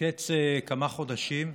מקץ כמה חודשים,